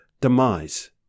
demise